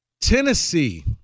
Tennessee